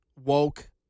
woke